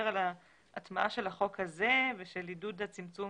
על ההטמעה של החוק הזה ושל עידוד הצמצום